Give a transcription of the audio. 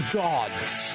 gods